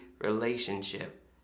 relationship